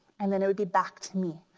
and then it would be back to me.